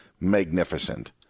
magnificent